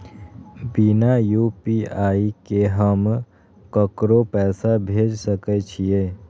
बिना यू.पी.आई के हम ककरो पैसा भेज सके छिए?